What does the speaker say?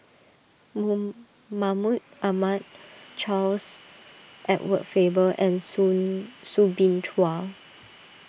Mahmud Ahmad Charles Edward Faber and Soo Soo Bin Chua